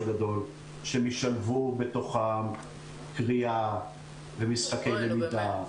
הגדול שישלבו בתוכם קריאה ומשחקי למידה.